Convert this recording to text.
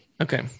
Okay